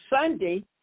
Sunday